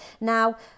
Now